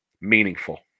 meaningful